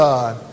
God